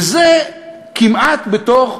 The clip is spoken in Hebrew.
וזה כמעט בתוך,